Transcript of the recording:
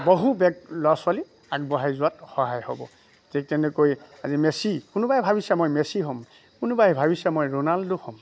বহু ল'ৰা ছোৱালী আগবঢ়াই যোৱাত সহায় হ'ব ঠিক তেনেকৈ আজি মেচি কোনোবাই ভাবিছে মই মেচি হ'ম কোনোবাই ভাবিছে মই ৰোণাল্ডো হ'ম